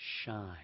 shine